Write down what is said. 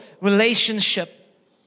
relationship